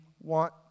want